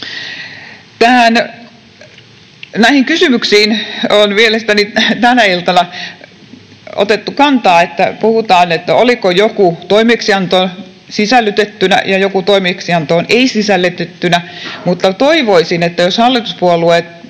Näihin kysymyksiin on mielestäni tänä iltana otettu kantaa niin, että puhutaan, oliko joku toimeksiantoon sisällytettynä ja joku toimeksiantoon ei-sisällytettynä, mutta toivoisin, että hallituspuolueiden